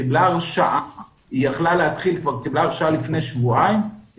כבר קיבלה הרשאה לפני שבועיים והיא